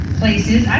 places